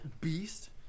Beast